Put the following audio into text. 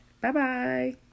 Bye-bye